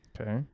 Okay